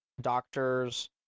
doctors